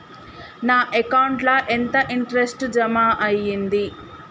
నా అకౌంట్ ల ఎంత ఇంట్రెస్ట్ జమ అయ్యింది?